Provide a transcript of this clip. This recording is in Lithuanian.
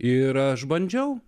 ir aš bandžiau